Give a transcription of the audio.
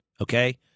okay